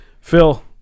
Phil